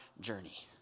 journey